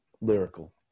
Lyrical